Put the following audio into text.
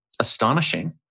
astonishing